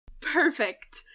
Perfect